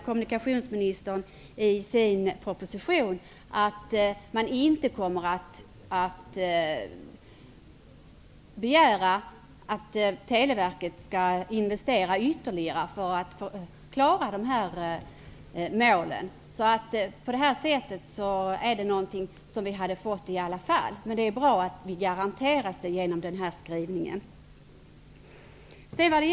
Kommunikationsministern säger i propositionen att man inte kommer att begära att Televerket skall investera ytterligare för att klara de här målen. På det sättet skulle vi i alla fall ha fått tjänsterna i fråga. Men det är bra att de garanteras genom den skrivning som finns.